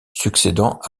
succédant